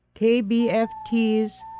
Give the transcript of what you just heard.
KBFT's